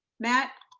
matt.